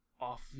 off